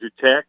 tech